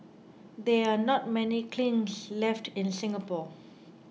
there are not many kilns left in Singapore